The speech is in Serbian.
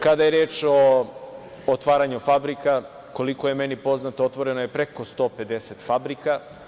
Kada je reč o otvaranju fabrika, koliko je meni poznato, otvoreno je preko 150 fabrika.